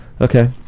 okay